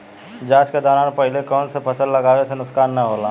जाँच के दौरान पहिले कौन से फसल लगावे से नुकसान न होला?